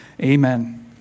Amen